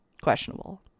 questionable